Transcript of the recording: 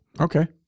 Okay